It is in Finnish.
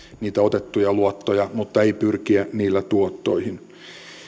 niitä otettuja luottoja mutta ei pyrkiä niillä tuottoihin